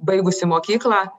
baigusi mokyklą